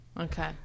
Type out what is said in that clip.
Okay